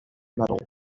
medal